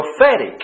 prophetic